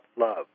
love